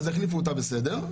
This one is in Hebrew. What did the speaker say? אז החליפו אותה בסדר,